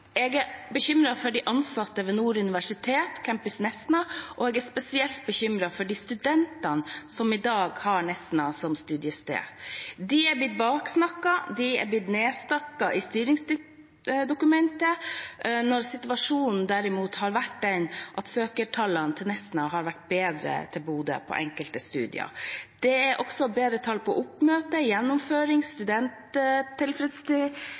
Jeg er bekymret for de ansatte ved Nord universitet, campus Nesna, og jeg er spesielt bekymret for de studentene som i dag har Nesna som studiested. De er blitt baksnakket, de er blitt nedsnakket i styringsdokumentet, mens situasjonen derimot har vært den at søkertallene til Nesna har vært bedre enn til Bodø på enkelte studier. Det er også bedre tall på oppmøte, gjennomføring